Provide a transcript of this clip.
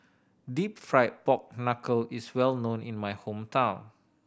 Deep Fried Pork Knuckle is well known in my hometown